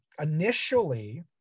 Initially